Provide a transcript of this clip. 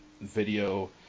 video